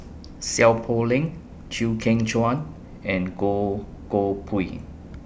Seow Poh Leng Chew Kheng Chuan and Goh Koh Pui